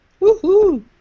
Woohoo